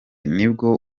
nibwo